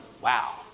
Wow